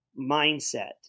mindset